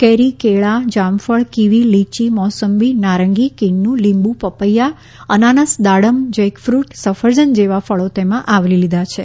કેરી કેળા જામફળ કિવિ લીચી મૌસમ્બી નારંગી કિન્નૂ લીંબુ પપૈયા અનાનસ દાડમ જેકફૂટ સફરજન જેવાં ફળો તેમાં આવરી લીધાં છે